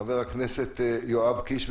חבר הכנסת יואב קיש,